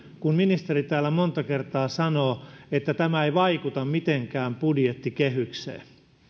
kun ministeri täällä monta kertaa sanoo että tämä ei vaikuta mitenkään budjettikehykseen